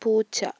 പൂച്ച